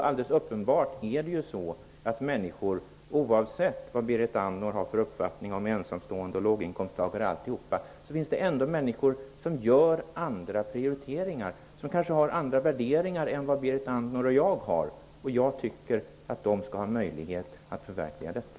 Alldeles uppenbart gör människor, oavsett vilken uppfattning Berit Andnor har om ensamstående, låginkomsttagare osv., andra prioriteringar eller har kanske andra värderingar än Berit Andnor och jag har. Jag tycker att de skall en möjlighet att förverkliga detta.